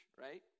right